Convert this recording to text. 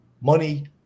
money